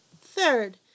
Third